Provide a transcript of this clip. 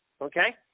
okay